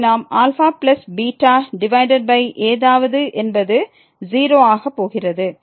எனவே நாம் α β divided by ஏதாவது என்பது 0 ஆக போகிறது